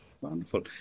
Wonderful